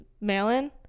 mail-in